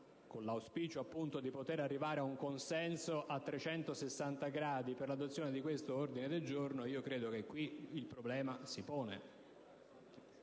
con l'auspicio di poter arrivare ad un consenso a 360 gradi per l'adozione di questo ordine del giorno, credo che in questo caso il problema si ponga.